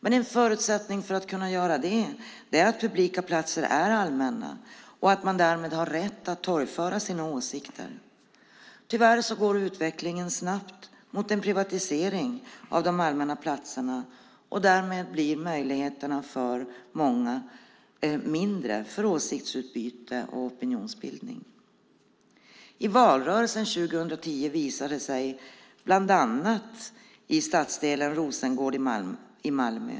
En förutsättning för detta är att publika platser är allmänna och att man därmed har rätt att torgföra sina åsikter. Tyvärr går utvecklingen snabbt mot en privatisering av de allmänna platserna, och därmed blir möjligheterna för åsiktsutbyte och opinionsbildning mindre för många. I valrörelsen 2010 visade sig detta bland annat i stadsdelen Rosengård i Malmö.